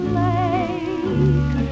lake